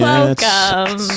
Welcome